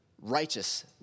righteous